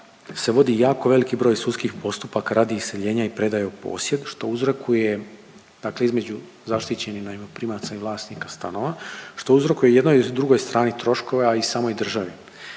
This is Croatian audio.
se vodi jako veliki broj sudskih postupaka radi iseljenja i predaje u posjed, što uzrokuje dakle između zaštićenih najmoprimaca i vlasnika stanova, što uzrokuje jednoj drugoj strani troškove, a i samoj državi.